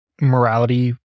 morality